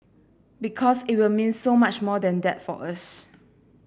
because it will mean so much more than that for us